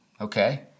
okay